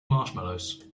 marshmallows